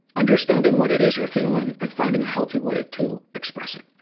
understanding what it is you're feeling and finding a healthy way to express it.